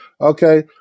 Okay